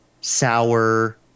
sour